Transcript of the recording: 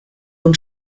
und